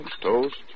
toast